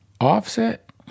Offset